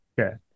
Okay